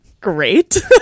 great